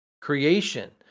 creation